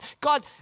God